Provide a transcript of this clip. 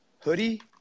hoodie